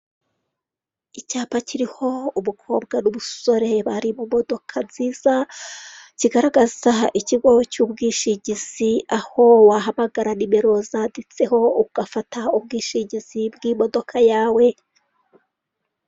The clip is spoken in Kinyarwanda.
Icyapa kiriho umukobwa n'ubusore bari mu modoka nziza kigaragaza ikigo cy'ubwishingizi aho wahamagara nimero zanditseho ugafata ubwishingizi bw'imodoka yawe.